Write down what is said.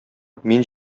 мин